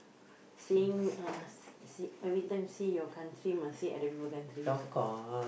seeing uh see~ everytime see your country must see other people country also